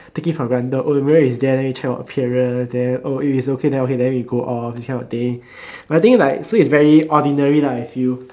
take it for granted oh the mirror is there then we check our appearance then oh if it's okay oh then we go off this kind of thing I think like so it's very ordinary lah I feel